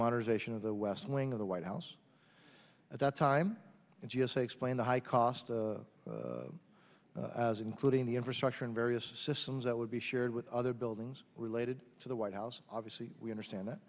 modernization of the west wing of the white house at that time and g s a explain the high cost as including the infrastructure and various systems that would be shared with other buildings related to the white house obviously we understand that